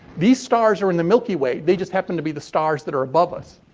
these stars are in the milky way. they just happen to be the stars that are above us.